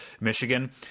Michigan